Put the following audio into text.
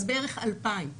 אז בערך 2,000 בשנה,